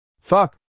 Fuck